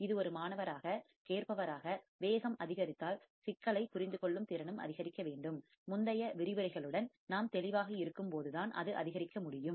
இது ஒரு மாணவராக கேட்பவராக வேகம் அதிகரித்தால் சிக்கலைப் புரிந்துகொள்ளும் திறனும் அதிகரிக்க வேண்டும் முந்தைய விரிவுரைகளுடன் நாம் தெளிவாக இருக்கும்போதுதான் அது அதிகரிக்க முடியும்